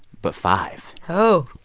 but five oh.